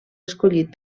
escollit